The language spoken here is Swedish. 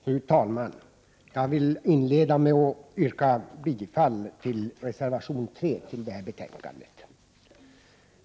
Fru talman! Jag inleder med att yrka bifall till reservation 3 till detta betänkande.